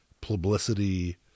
publicity